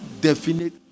definite